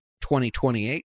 2028